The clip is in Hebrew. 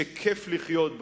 שכיף לחיות בה.